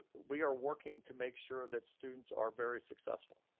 we are working to make sure that students are very successful.